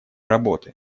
работы